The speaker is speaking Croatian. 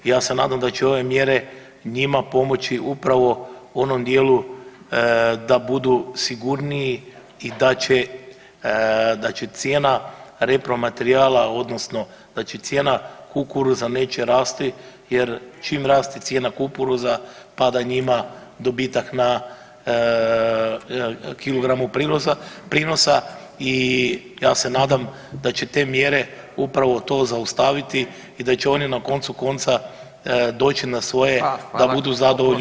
Ja se nadam da će ove mjere njima pomoći upravo u onom dijelu da budu sigurniji i da će cijena repromaterijala, odnosno da će cijena kukuruza neće rasti, jer čim raste cijena kukuruza pada njima dobitak na kilogramu prinosa i ja se nadam da će te mjere upravo to zaustaviti i da će one na koncu konca doći na svoje da budu zadovoljni.